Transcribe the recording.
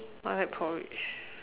I like porridge